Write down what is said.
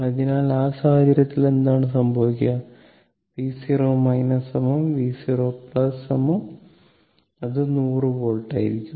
അതിനാൽ ആ സാഹചര്യത്തിൽ എന്താണ് സംഭവിക്കുക V V0 അത് 100 വോൾട്ട് ആയിരിക്കും